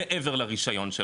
מעבר לרישיון שלו,